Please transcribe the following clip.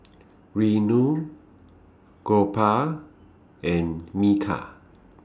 Renu Gopal and Milkha